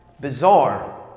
bizarre